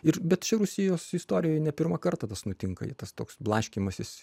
ir bet čia rusijos istorijoje ne pirmą kartą tas nutinka ir tas toks blaškymasis